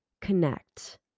connect